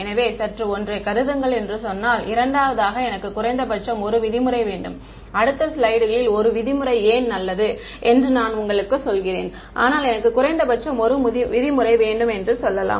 எனவே சற்று ஒன்றை கருதுங்கள் என்று சொன்னால் இரண்டாவதாக எனக்கு குறைந்தபட்சம் 1 விதிமுறை வேண்டும் அடுத்த ஸ்லைடுகளில் 1 விதிமுறை ஏன் நல்லது என்று நான் உங்களுக்கு சொல்கிறேன் ஆனால் எனக்கு குறைந்தபட்சம் 1 விதிமுறை வேண்டும் என்று சொல்லலாம்